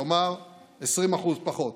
כלומר 20% פחות.